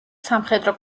სამხედრო